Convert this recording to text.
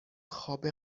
خواب